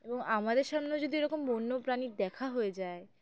এবং আমাদের সামনেও যদি এরকম বন্যপ্র্রাণীর দেখা হয়ে যায়